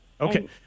Okay